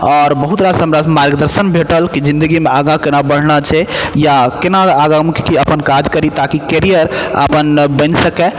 आओरर बहुत रास हमरा मार्गदर्शन भेटल कि जिन्दगीमे आगा केना बढ़ना छै या केना आगा हम अपन काज करि ताकि करियर अपन बनि सकय